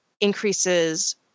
increases